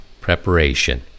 preparation